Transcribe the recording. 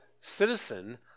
citizen